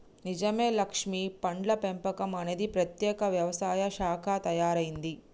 నిజమే లక్ష్మీ పండ్ల పెంపకం అనేది ప్రత్యేక వ్యవసాయ శాఖగా తయారైంది